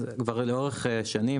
אז כבר לאורך שנים,